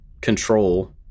control